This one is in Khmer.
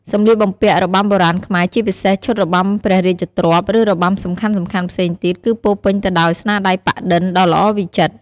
សម្លៀកបំពាក់របាំបុរាណខ្មែរ ជាពិសេសឈុតរបាំព្រះរាជទ្រព្យ ឬរបាំសំខាន់ៗផ្សេងទៀត គឺពោរពេញទៅដោយ ស្នាដៃប៉ាក់-ឌិន ដ៏ល្អវិចិត្រ។